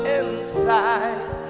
inside